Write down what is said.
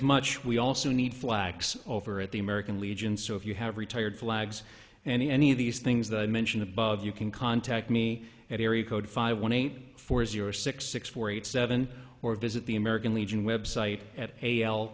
much we also need flax over at the american legion so if you have retired flags and any of these things that i mention above you can contact me at area code five one eight four zero six six four eight seven or visit the american legion website at a l